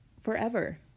forever